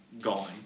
gone